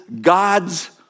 God's